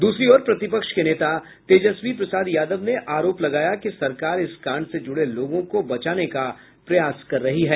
दूसरी ओर प्रतिपक्ष के नेता तेजस्वी प्रसाद यादव ने आरोप लगाया कि सरकार इस कांड से जुड़े लोगों को बचाने का प्रयास कर रही है